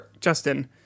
Justin